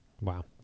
Wow